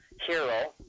hero